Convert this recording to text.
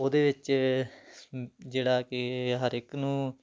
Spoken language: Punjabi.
ਉਹਦੇ ਵਿੱਚ ਜਿਹੜਾ ਕਿ ਹਰ ਇੱਕ ਨੂੰ